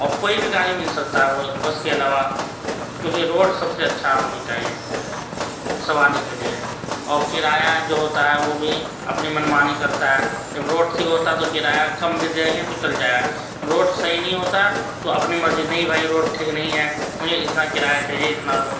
اور کوئی بھی گاڑی مل سکتا ہے وہ بس کے علاوہ کیونکہ روڈ سب سے اچّھا ہونی چاہیے سواری کے لیے اور کرایہ جو ہوتا ہے وہ بھی اپنی منمانی کرتا ہے جب روڈ ٹھیک ہوتا ہے تو کرایہ کم بھی دیں گے تو چل جائے گا روڈ صحیح نہیں ہوتا ہے تو اپنے مرضی نہیں بھائی روڈ ٹھیک نہیں ہے مجھے اتنا کرایہ چاہیے اتنا لوں گا